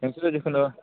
नोंसोरो जिखुनु